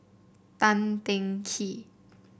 Tan Teng Kee